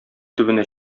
төбенә